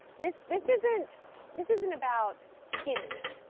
this this isn't this isn't about skinny,